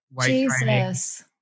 Jesus